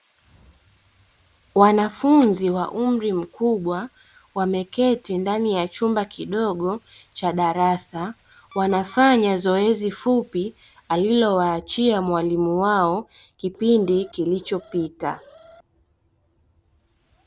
Wanafunzi wa umri mkubwa wameketi ndani ya chumba kidogo cha darasa wanafanya zioezi fupi alilowaachia mwalimu wao kipindi kilichopita.